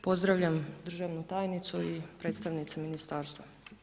Pozdravljam državnu tajnicu i predstavnicu ministarstva.